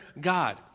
God